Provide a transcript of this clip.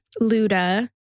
Luda